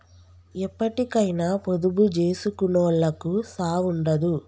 ఎప్పటికైనా పొదుపు జేసుకునోళ్లకు సావుండదు